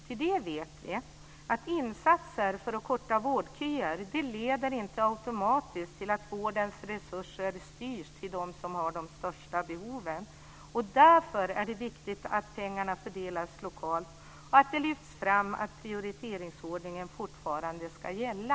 Ty det vet vi, att insatser för att korta vårdköer inte automatiskt leder till att vårdens resurser styrs till dem som har de största behoven. Därför är det viktigt att pengarna fördelas lokalt och att det lyfts fram att prioriteringsordningen fortfarande ska gälla.